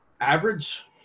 average